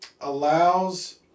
allows